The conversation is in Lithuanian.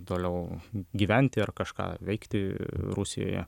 toliau gyventi ar kažką veikti rusijoje